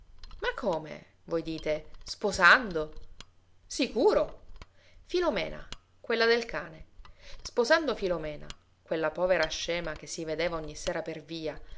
ma come voi dite sposando sicuro filomena quella del cane sposando filomena quella povera scema che si vedeva ogni sera per via